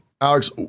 Alex